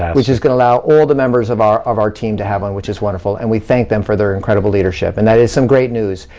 which is gonna allow all the members of our of our team to have one, which is wonderful, and we thank them for their incredible leadership, and that is some great news.